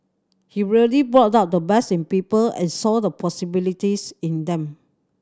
he really brought out the best in people and saw the possibilities in them